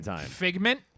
figment